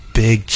big